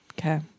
okay